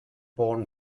born